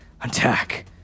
attack